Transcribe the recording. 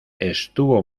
estuvo